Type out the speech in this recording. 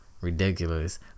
Ridiculous